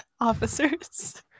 officers